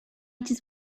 just